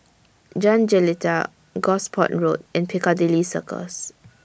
Jalan Jelita Gosport Road and Piccadilly Circus